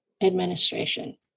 administration